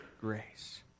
Grace